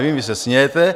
Vy se smějete.